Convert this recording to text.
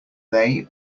they